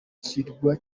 ikirwa